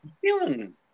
feeling